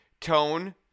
tone